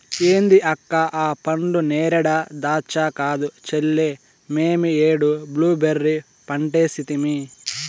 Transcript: ఏంది అక్క ఆ పండ్లు నేరేడా దాచ్చా కాదు చెల్లే మేమీ ఏడు బ్లూబెర్రీ పంటేసితిని